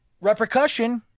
repercussion